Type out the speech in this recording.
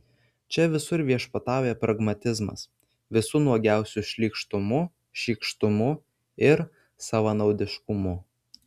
čia visur viešpatauja pragmatizmas visu nuogiausiu šlykštumu šykštumu ir savanaudiškumu